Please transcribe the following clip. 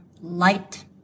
light